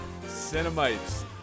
Cinemites